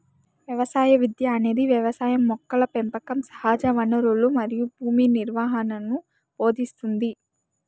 వ్యవసాయ విద్య అనేది వ్యవసాయం మొక్కల పెంపకం సహజవనరులు మరియు భూమి నిర్వహణను భోదింస్తుంది